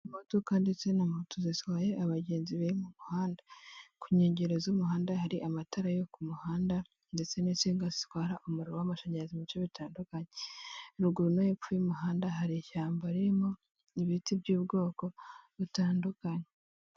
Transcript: Imodoka ndetse na moto zitwaye abagenzi bari mu muhanda, ku nkengero z'umuhanda hari amatara yo ku muhanda ndetse n'isinga zitwara umuriro w'amashanyarazi mu bice bitandukanye, ruguru no hepfo y'umuhanda hari ishyamba ririmo ibiti by'ubwoko butandukanye.